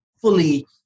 fully